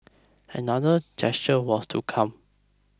another gesture was to come